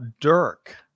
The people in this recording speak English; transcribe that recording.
Dirk